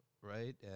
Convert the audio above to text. right